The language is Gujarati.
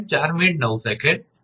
8